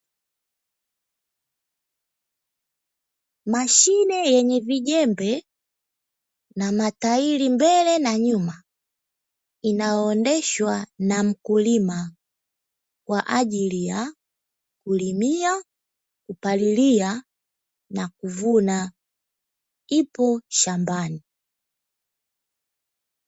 Mashine yenye vijembe na matairi mbele na nyuma inayoendeshwa na mkulima kwa ajili ya kulimia, kupalilia na kuvuna ipo shambani.